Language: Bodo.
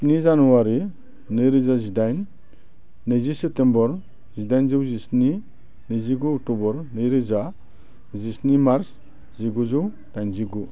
स्नि जानुवारि नैरोजा जिदाइन नैजि सेप्तेम्बर जिदाइनजौ जिस्नि नैजिगु अक्ट'बर नैरोजा जिस्नि मार्स जिगुजौ दाइनजिगु